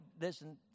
Listen